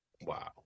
Wow